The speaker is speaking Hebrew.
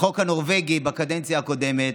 החוק הנורבגי בקדנציה הקודמת,